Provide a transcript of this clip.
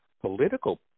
political